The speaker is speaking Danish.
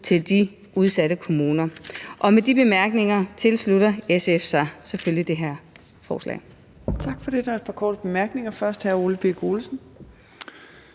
til de udsatte kommuner. Med de bemærkninger tilslutter SF sig selvfølgelig det her forslag.